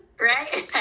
Right